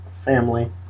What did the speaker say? family